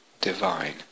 divine